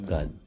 God